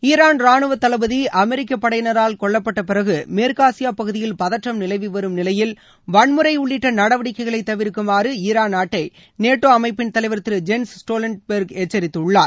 Iran ரானுவ தளபதி அமெரிக்க படையினரால் கொல்லப்பட்ட பிறகு மேற்கு ஆசியா பகுதியில் பதற்றம் நிலவி வரும் நிலையில் வன்முறை உள்ளிட்ட நடவடிக்கைகளை தவிர்க்குமாறு ஈரான் நாட்டை நேட்டோ அமைப்பிள் தலைவர் திரு ஜென்ஸ் ஸ்டோல்டன்பெர்க் எச்சரித்துள்ளார்